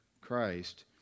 Christ